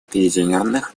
объединенных